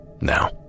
Now